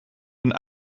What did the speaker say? een